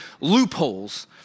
loopholes